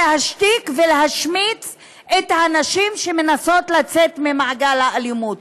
להשתיק ולהשמיץ את הנשים שמנסות לצאת ממעגל האלימות.